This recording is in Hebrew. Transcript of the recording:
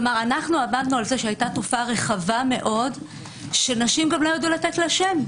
כלומר עמדנו על זה שהיתה תופעה רחבה מאוד שנשים לא ידעו לתת לה שם.